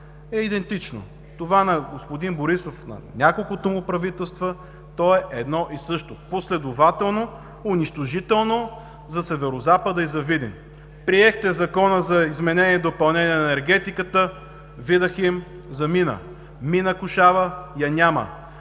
е идентично. Това на господин Борисов, на няколкото му правителства, то е едно и също – последователно, унищожително за Северозапада и за Видин. Приехте Закона за изменение и допълнение на енергетиката – „Видахим“ замина, мина „Кошава“ я няма.